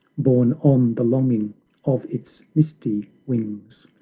borne on the longing of its misty wings.